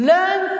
Learn